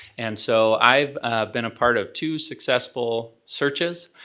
and so, i've been a part of two successful searches,